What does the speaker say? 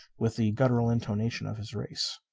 with the guttural intonation of his race.